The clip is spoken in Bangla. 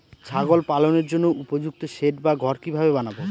ছাগল পালনের জন্য উপযুক্ত সেড বা ঘর কিভাবে বানাবো?